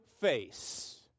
face